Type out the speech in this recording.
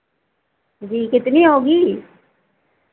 जी कितनी होगी